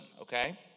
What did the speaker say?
okay